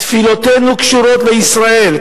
"תפילותינו קשורות לישראל,